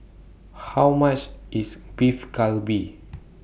How much IS Beef Galbi